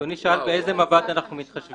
אדוני שאל באיזה מב"ד אנחנו מתחשבים.